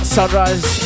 Sunrise